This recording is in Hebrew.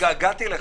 אני התגעגעתי אליך.